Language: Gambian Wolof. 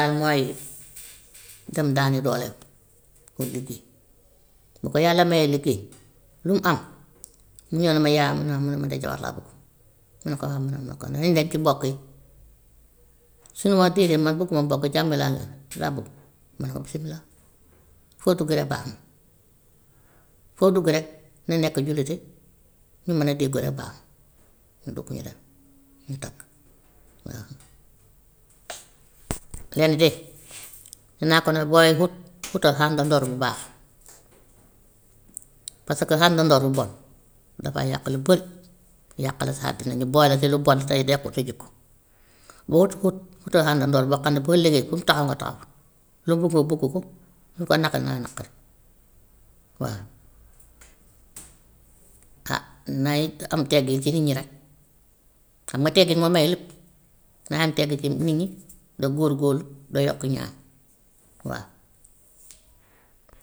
Ak mooy dem daani dooleem, ut liggéey. Bu ko yàlla mayee liggéey lu mu am mu ñëw ne ma yaay ma ne ah mu ne man de jabar laa bugg, ma ne ko ah ma ne ko kon nañ ci mbokk yi, su ne ma déetdéet man bugguma mbokk jàmbur laa gis laa bugg, ma ne ko bisimilah foo dugg rek baax na. Foo dugg rek na nekk jullite ñu mun a déggoo rek baax na ñu bugg ñu daal, ñu takk waaw. Lenn de naa ko ne booy xut xutal xàndandoor yu baax, parce que xàndandoor bu bon dafay yàq lu ba- yàqal la sa àddina ñu boole si lu bon te yow nekkut sa jikko. Boo ut xut utal xàndandoor boo xam ne bu ëllëgee fu mu taxaw nga taxaw fa, loo buggoo buggu ko, lu ko naqari na la naqari waa. ah na it am teggin ci nit ñi rek, xam nga teggin mooy maye lépp, nay am teggin ci nit ñi, nga góor-góorlu nga yokk ñaan waa.